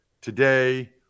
today